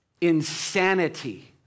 Insanity